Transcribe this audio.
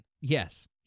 yes